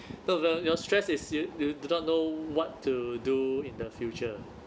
so so your stress is you you do not know what to do in the future